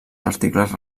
articles